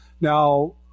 Now